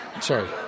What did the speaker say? Sorry